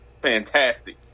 fantastic